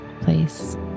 place